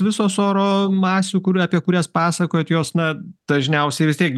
visos oro masių kurių apie kurias pasakojat jos na dažniausiai vis tiek